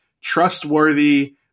trustworthy